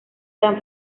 san